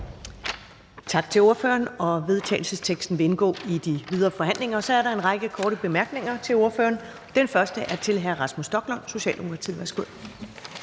Tak til ordføreren. Og vedtagelsesteksten vil indgå i de videre forhandlinger. Så er der en række korte bemærkninger til ordføreren, og den første er fra hr. Rasmus Stoklund, Socialdemokratiet.